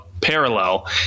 parallel